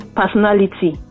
personality